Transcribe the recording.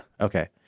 Okay